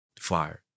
fire